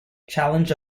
challenge